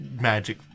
magic